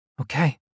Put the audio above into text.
Okay